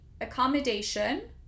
Accommodation